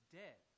dead